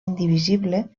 indivisible